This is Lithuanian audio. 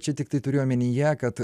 čia tiktai turiu omenyje kad